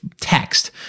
text